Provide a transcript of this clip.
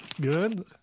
good